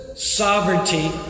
Sovereignty